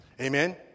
Amen